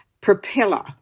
propeller